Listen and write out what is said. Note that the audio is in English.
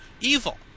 evil